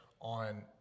on